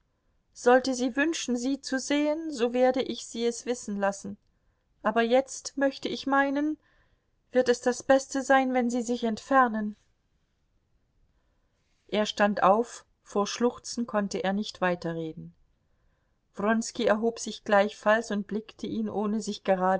sollte sie wünschen sie zu sehen so werde ich sie es wissen lassen aber jetzt möchte ich meinen wird es das beste sein wenn sie sich entfernen er stand auf vor schluchzen konnte er nicht weiterreden wronski erhob sich gleichfalls und blickte ihn ohne sich